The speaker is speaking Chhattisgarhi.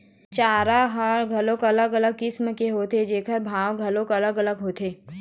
चारा ह घलोक अलग अलग किसम के होथे जेखर भाव घलोक अलग अलग होथे